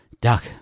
Duck